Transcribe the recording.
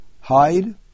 hide